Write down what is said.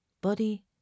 body